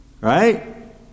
Right